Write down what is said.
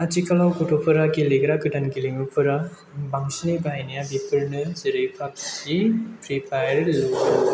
आथिखालाव गथ'फोरा गेलेग्रा गोदान गेलेमुफोरा बांसिनै बाहायनाया बेफोरनो जेरै पाबजि फ्रिफायार लुड'